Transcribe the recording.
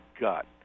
gut